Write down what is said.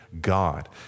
God